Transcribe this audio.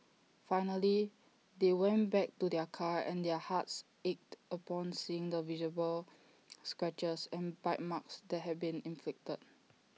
finally they went back to their car and their hearts ached upon seeing the visible scratches and bite marks that had been inflicted